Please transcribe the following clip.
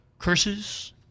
Curses